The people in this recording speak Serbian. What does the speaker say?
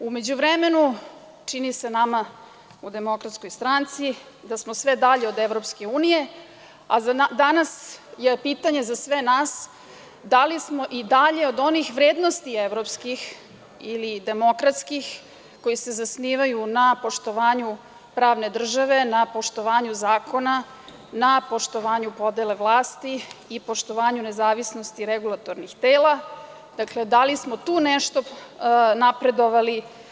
U međuvremenu, čini se nama u DS da smo sve dalji od Evropske unije, a danas je pitanje za sve nas da li smo i dalje od onih vrednosti evropskih ili demokratskih koji se zasnivaju na poštovanju pravne države, na poštovanju zakona, na poštovanju podele vlasti i poštovanju nezavisnosti regulatornih tela, dakle, da li smo tu nešto napredovali.